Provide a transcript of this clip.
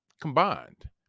combined